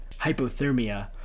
hypothermia